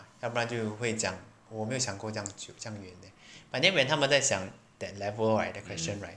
ah 要不然就会讲我没有想过这样这样远 but then when 他们在想 that level that question right